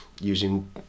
using